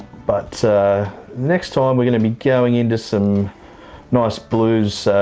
but next time we're going to be going in to some nice blues.